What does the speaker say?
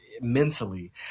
mentally